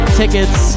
tickets